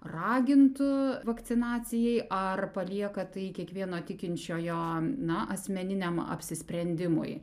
ragintų vakcinacijai ar palieka tai kiekvieno tikinčiojo na asmeniniam apsisprendimui